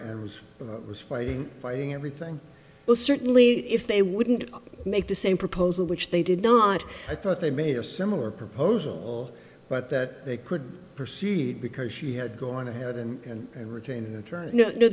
and was fighting fighting everything well certainly if they wouldn't make the same proposal which they did not i thought they made a similar proposal but that they could proceed because she had gone ahead and